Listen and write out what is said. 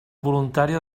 voluntària